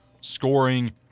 scoring